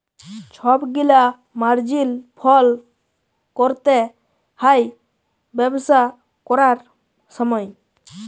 ছব গিলা মার্জিল ফল ক্যরতে হ্যয় ব্যবসা ক্যরার সময়